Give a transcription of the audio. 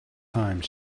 time